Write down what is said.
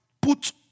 Put